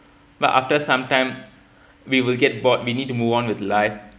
but after some time we will get bored we need to move on with life